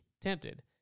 tempted